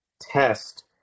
test